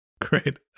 Great